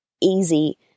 easy